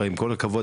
עם כל הכבוד,